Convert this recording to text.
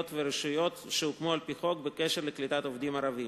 ורשויות שהוקמו על-פי חוק בקשר לקליטת עובדים ערבים,